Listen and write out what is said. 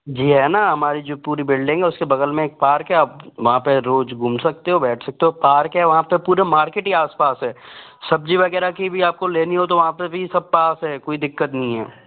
जी है न हमारी जो पूरी बिल्डिंग उसके बगल में एक पार्क है आप वहाँ पे रोज घूम सकते हो बैठ सकते हो पार्क है वहाँ पे पूरा मार्केट ही आसपास है सब्जी वगैरह की भी आपको लेनी हो तो वहाँ पे भी सब पास है कोई दिक्कत नहीं है